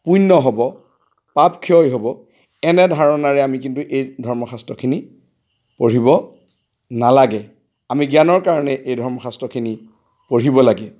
পূণ্য হ'ব পাপ ক্ষয় হ'ব এনে ধাৰণৰে আমি কিন্তু এই ধৰ্মশাস্ত্ৰখিনি পঢ়িব নালাগে আমি জ্ঞানৰ কাৰণে এই ধৰ্মশাস্ত্ৰখিনি পঢ়িব লাগে